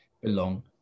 belong